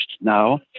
now